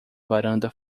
varanda